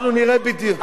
אנחנו נראה בדיוק.